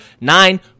nine